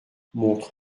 montre